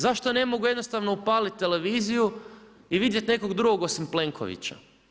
Zašto ne mogu jednostavno upaliti televiziju i vidjeti nekog drugog osim Plenkovića.